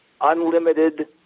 unlimited